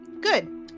Good